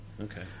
Okay